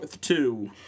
two